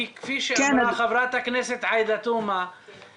כי כפי שאמרה חברת הכנסת עאידה תומא,